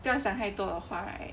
不要想太多的话 right